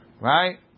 right